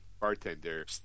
bartender